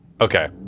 Okay